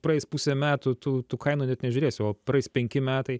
praeis pusė metų tų tų kainų net nežiūrėsi o praeis penki metai